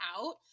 out